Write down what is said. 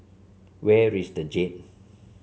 where is the Jade